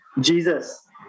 Jesus